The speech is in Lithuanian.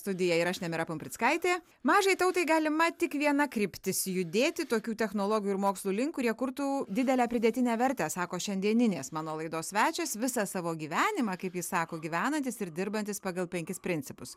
studija ir aš nemira pumprickaitė mažai tautai galima tik viena kryptis judėti tokių technologijų ir mokslo link kurie kurtų didelę pridėtinę vertę sako šiandieninės mano laidos svečias visą savo gyvenimą kaip jis sako gyvenantis ir dirbantis pagal penkis principus